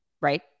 right